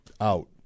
out